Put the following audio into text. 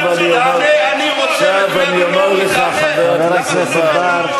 אני רוצה לשמוע, למה אתה מפחד לענות?